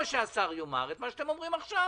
או שהשר יאמר את מה שאתם אומרים עכשיו,